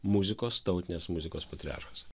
muzikos tautinės muzikos patriarchas